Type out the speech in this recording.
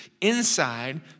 inside